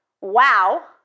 wow